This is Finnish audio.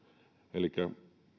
elikkä